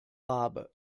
rabe